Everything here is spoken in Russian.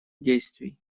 действий